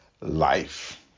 Life